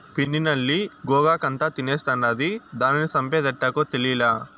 పిండి నల్లి గోగాకంతా తినేస్తాండాది, దానిని సంపేదెట్టాగో తేలీలా